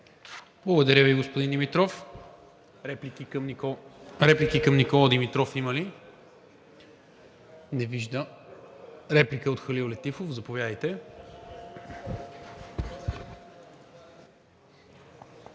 Благодаря Ви, господин Димитров. Реплики към Никола Димитров има ли? Реплика от Халил Летифов. Заповядайте.